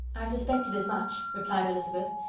i suspected as much, replied elizabeth.